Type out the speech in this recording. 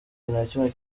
imikino